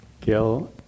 Gil